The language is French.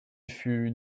fut